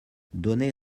donné